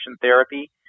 therapy